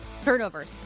Turnovers